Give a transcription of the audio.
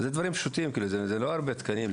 אז זה דברים פשוטים, זה לא הרבה תקנים.